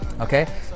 Okay